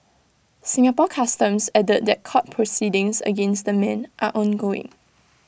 Singapore Customs added that court proceedings against the men are ongoing